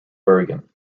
bergen